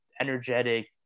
energetic